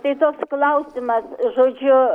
tai toks klausimas žodžiu